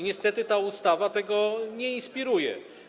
Niestety ta ustawa tego nie inspiruje.